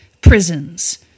prisons